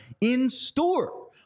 in-store